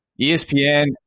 ESPN